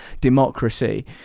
democracy